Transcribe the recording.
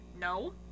No